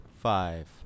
five